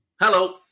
Hello